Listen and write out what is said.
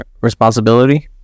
responsibility